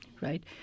right